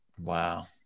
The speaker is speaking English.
Wow